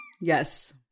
Yes